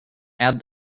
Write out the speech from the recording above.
add